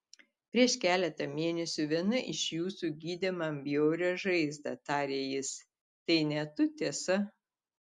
prieš keletą mėnesių viena iš jūsų gydė man bjaurią žaizdą tarė jis tai ne tu tiesa